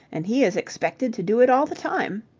and he is expected to do it all the time.